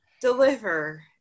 deliver